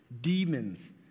demons